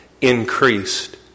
increased